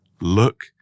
look